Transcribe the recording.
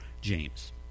James